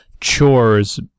chores